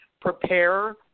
prepare